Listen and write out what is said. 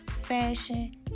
fashion